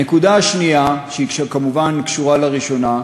הנקודה השנייה, שהיא כמובן קשורה לראשונה,